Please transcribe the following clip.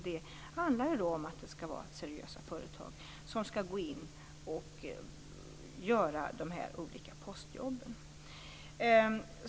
Det handlar då om att det skall vara seriösa företag som skall gå in och göra dessa olika postjobb.